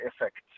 effect